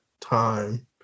time